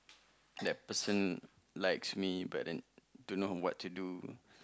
that person likes me but then don't know what to do